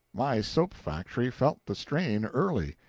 my soap factory felt the strain early.